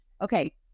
okay